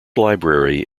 library